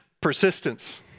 persistence